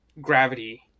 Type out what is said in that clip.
Gravity